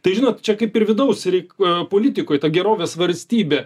tai žinot čia kaip ir vidaus reik politikoj ta gerovės valstybė